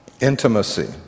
Intimacy